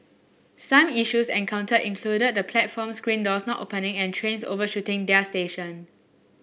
some issues encountered included the platform screen doors not opening and trains overshooting their station